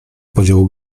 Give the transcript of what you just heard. podział